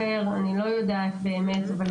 להגיד.